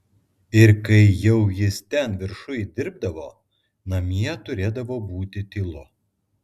ir kai jau jis ten viršuj dirbdavo namie turėdavo būti tylu